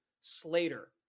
Slater